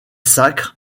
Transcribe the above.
sacre